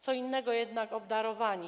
Co innego jednak obdarowani.